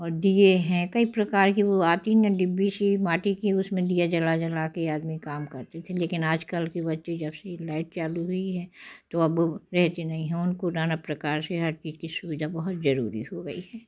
और दीये है कई प्रकार की वो आती है ना डिब्बी सी माट्टी की उसमें दिया जला जला के आदमी काम करते थे लेकिन आजकल के बच्चे जब से लाइट चालू हुई है तो अब रहते नहीं है उनको नाना प्रकार से हर चीज की सुविधा बहुत जरूरी हो गई है